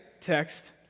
text